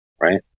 Right